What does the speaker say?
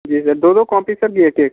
जी sir दो दो copy sir कि एक एक